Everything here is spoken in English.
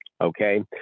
Okay